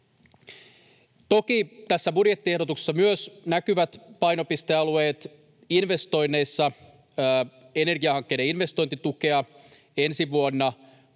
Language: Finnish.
Toki tässä budjettiehdotuksessa myös näkyvät painopistealueet investoinneissa. Energiahankkeiden investointitukea ensi vuonna